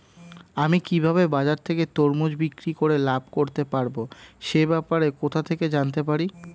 আমি কিভাবে বাজার থেকে তরমুজ বিক্রি করে লাভ করতে পারব সে ব্যাপারে কোথা থেকে জানতে পারি?